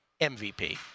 MVP